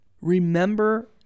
Remember